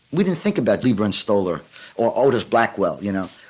we didn't think about lieber and stoller or otis blackwell. you know,